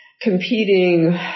competing